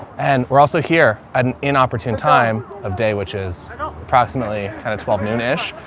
and we're also here at an inopportune time of day, which is approximately kind of twelve noon ish.